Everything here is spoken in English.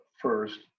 First